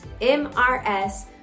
m-r-s